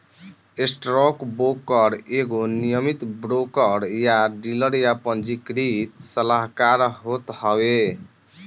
stockbroker एगो नियमित broker या डीलर या पंजीकृत सलाहकार होत हवे